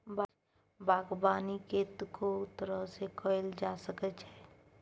बागबानी कतेको तरह सँ कएल जा सकै छै